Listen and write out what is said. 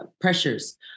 pressures